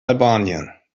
albanien